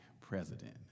president